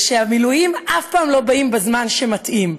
שהמילואים אף פעם לא באים בזמן שמתאים,